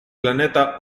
planeta